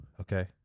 okay